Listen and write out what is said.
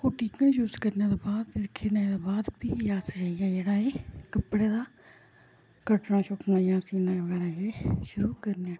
ओह् टिकन यूज करने दे बाद नलकी लैने दे बाद फ्ही अस जियां जेह्ड़ा एह् कपड़े दा कट्टना शुट्टना जां सीना बगैरा शुरू करने